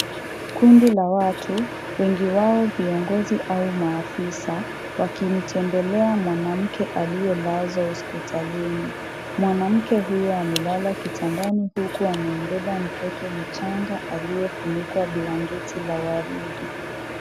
Kundi la watu , wengi wao viongozi au maafisa, wakimtembelea mwanamke aliyelazwa hospitalini. Mwanamke huyu amelala kitandani, huku amembeba mtoto mchanga aliyefunikwa blanketi la waridi.